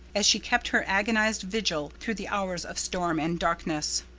as she kept her agonized vigil through the hours of storm and darkness.